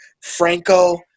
Franco